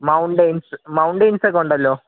mountains mountains ഒക്കെ ഉണ്ടല്ലോ